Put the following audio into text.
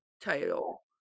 title